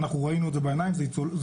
אנחנו ראינו את זה בעיניים וזה צולם.